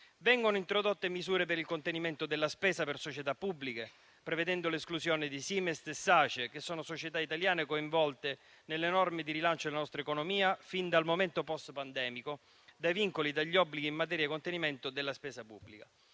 Vengono introdotte misure per il contenimento della spesa per le società pubbliche, prevedendo l'esclusione di SIMEST e SACE, che sono le società italiane coinvolte nelle norme di rilancio della nostra economia fin dal momento post-pandemico, dai vincoli e dagli obblighi in materia di contenimento della spesa pubblica.